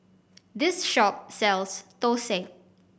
this shop sells thosai